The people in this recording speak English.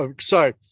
sorry